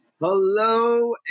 Hello